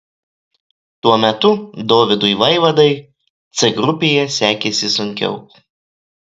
tuo metu dovydui vaivadai c grupėje sekėsi sunkiau